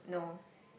no